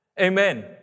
Amen